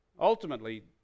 Ultimately